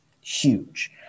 huge